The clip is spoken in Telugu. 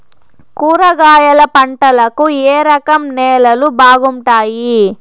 కూరగాయల పంటలకు ఏ రకం నేలలు బాగుంటాయి?